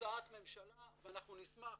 הצעת ממשלה ואנחנו נשמח